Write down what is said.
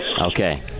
Okay